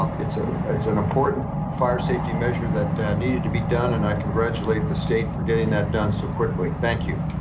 um it's ah it's an important fire safety measure that needed to be done and i congratulate the state for getting that done so quickly, thank you.